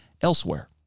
elsewhere